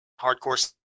hardcore